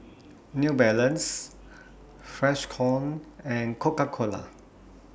New Balance Freshkon and Coca Cola